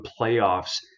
playoffs